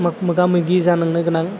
मो मोगा मोगि जानांनो गोनां